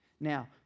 now